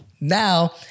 Now